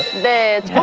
led